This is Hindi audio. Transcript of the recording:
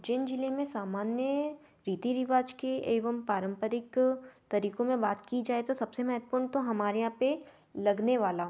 जिन ज़िले में सामान्य रीति रिवाज के एवम पारंपरिक तरीकों में बात कीजाए तो सबसे महत्वपूर्ण तो हमारे यहाँ पर लगने वाला